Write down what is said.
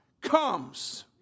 comes